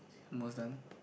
almost done